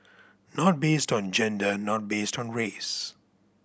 not based on gender not based on race